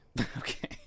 Okay